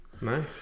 nice